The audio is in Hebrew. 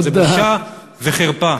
בושה וחרפה.